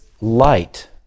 light